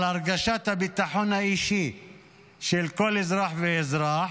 על הרגשת הביטחון האישי של כל אזרח ואזרח,